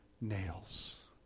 nails